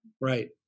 Right